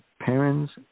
Parents